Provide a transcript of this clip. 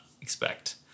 expect